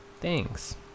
Thanks